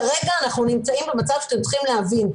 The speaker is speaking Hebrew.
כרגע אנחנו נמצאים במצב שאתם צריכים להבין,